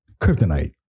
Kryptonite